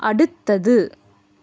அடுத்தது